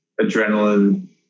adrenaline